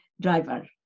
driver